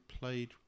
played